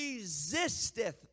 resisteth